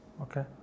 Okay